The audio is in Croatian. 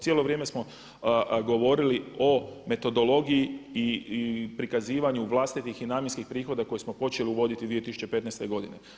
Cijelo vrijeme smo govorili o metodologiji i prikazivanju vlastiti i namjenskih prihoda koje smo počeli uvoditi 2015. godine.